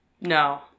No